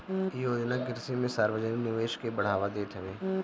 इ योजना कृषि में सार्वजानिक निवेश के बढ़ावा देत हवे